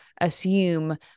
assume